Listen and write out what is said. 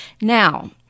Now